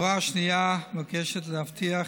ההוראה השנייה מבקשת להבטיח